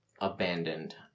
abandoned